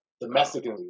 domestically